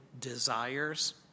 desires